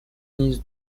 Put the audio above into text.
نیز